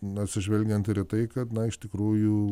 na atsižvelgiant ir į tai kad na iš tikrųjų